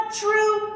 true